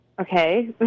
Okay